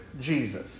Jesus